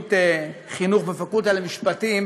ומדיניות חינוך בפקולטה למשפטים